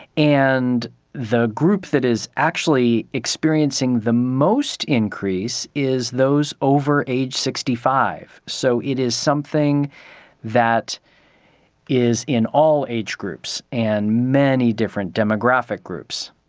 and the group that is actually experiencing the most increase is those over age sixty five. so it is something that is in all age groups and many different demographic groups.